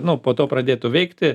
nu po to pradėtų veikti